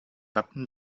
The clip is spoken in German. wappen